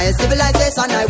civilization